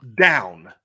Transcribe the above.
down